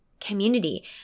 community